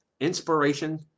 inspiration